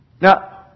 Now